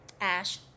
ash